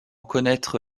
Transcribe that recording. connaître